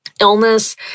illness